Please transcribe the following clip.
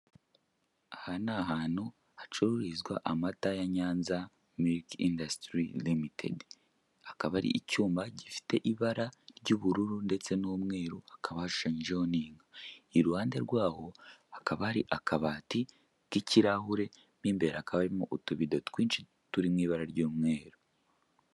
Aha ni ahantu hacururizwa amata ya Nyanza Milk Industry Ltd. Akaba ari icyuma gifite ibara ry'ubururu ndetse n'umweru hakaba hashushanyijeho n'inka, iruhande rwaho hakaba hari akabati k'ikirahure mu imbere hakaba harimo utubido twinshi turi mu ibara ry'umweru.